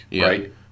right